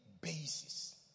basis